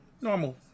normal